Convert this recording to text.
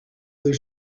other